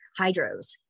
hydros